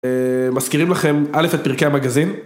מזכירים לכם א', את פרקי המגזין